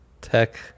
Tech